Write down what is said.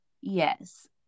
Yes